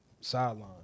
sideline